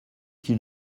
qu’il